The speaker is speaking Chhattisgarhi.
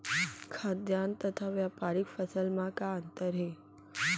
खाद्यान्न तथा व्यापारिक फसल मा का अंतर हे?